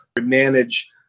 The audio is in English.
manage